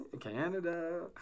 Canada